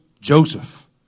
Joseph